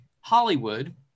hollywood